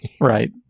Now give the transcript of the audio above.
Right